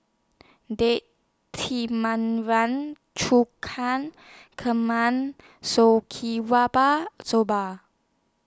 Date and Soba